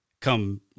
come